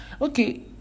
okay